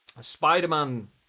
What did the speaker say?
Spider-Man